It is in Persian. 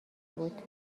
بود